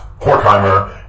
Horkheimer